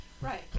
Right